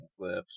clips